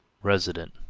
resident,